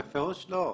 בפירוש לא.